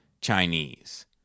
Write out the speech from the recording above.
Chinese